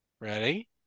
ready